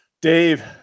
Dave